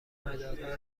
مدادها